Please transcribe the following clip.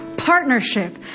Partnership